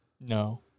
No